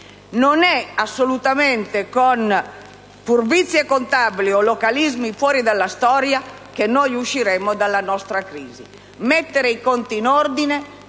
Non è assolutamente con furbizie contabili o localismi fuori dalla storia che usciremo dalla nostra crisi: occorre mettere i conti in ordine,